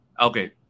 Okay